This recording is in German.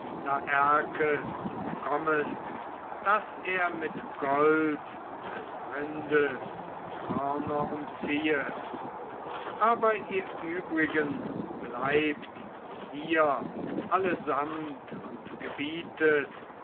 daß er mit gold des rindes hörner umziehe aber ihr übrigen bleibt hier allesamt und gebietet